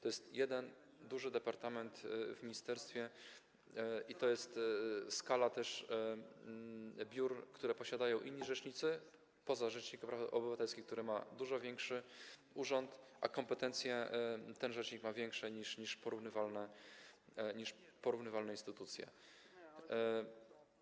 To jest jeden duży departament w ministerstwie i to jest też skala biur, które posiadają inni rzecznicy, poza rzecznikiem praw obywatelskich, który ma dużo większy urząd, a kompetencje ten rzecznik ma większe niż porównywalne instytucje.